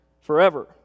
forever